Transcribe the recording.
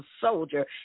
soldier